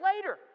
later